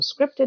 scripted